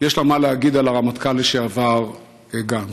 יש לה מה להגיד על הרמטכ"ל לשעבר גנץ.